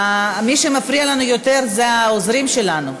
מי שמפריע לנו יותר זה העוזרים שלנו,